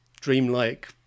dreamlike